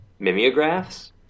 mimeographs